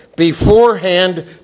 ...beforehand